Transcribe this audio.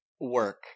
work